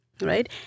right